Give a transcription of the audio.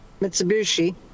Mitsubishi